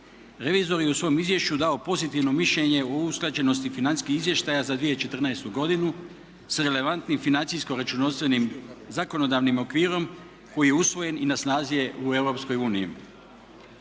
Revizor je u svom izvješću dao pozitivno mišljenje o usklađenosti financijskih izvještaja za 2014. godinu sa relevantnim financijsko-računovodstvenim zakonodavnim okvirom koji je usvojen i na snazi je u